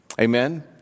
Amen